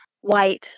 white